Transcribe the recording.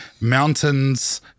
mountains